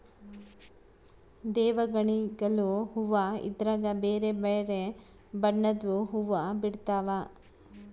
ದೇವಗಣಿಗಲು ಹೂವ್ವ ಇದ್ರಗ ಬೆರೆ ಬೆರೆ ಬಣ್ಣದ್ವು ಹುವ್ವ ಬಿಡ್ತವಾ